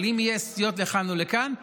אבל יהיו סטיות לכאן או לכאן,